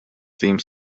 theme